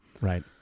right